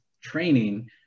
training